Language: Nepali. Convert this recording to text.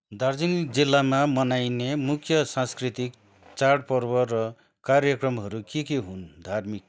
दार्जिलिङ जिल्लामा मनाइने मुख्य सांस्कृतिक चाडपर्व र कार्यक्रमहरू के के हुन् धार्मिक